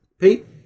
Pete